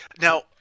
Now